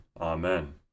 Amen